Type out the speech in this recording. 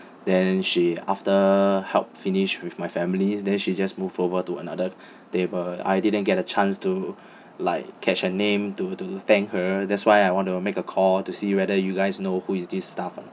then she after help finish with my families then she just move over to another table I didn't get a chance to like catch her name to to thank her that's why I want to make a call to see whether you guys know who is this staff or not